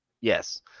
yes